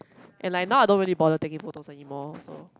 and like now I don't really bother take it photos anymore so